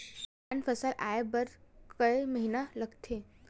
धान फसल आय बर कय महिना लगथे?